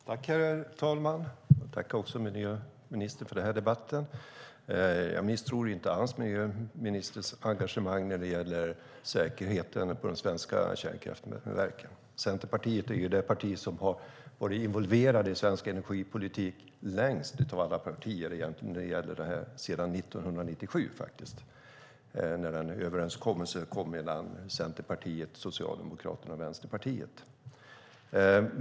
Herr talman! Jag tackar också miljöministern för debatten. Jag misstror inte alls miljöministerns engagemang när det gäller säkerheten på de svenska kärnkraftverken. Centerpartiet är det parti som har varit involverat i svensk energipolitik längst av alla partier, faktiskt sedan 1997 när en överenskommelse gjordes mellan Centerpartiet, Socialdemokraterna och Vänsterpartiet.